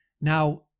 now